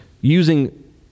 using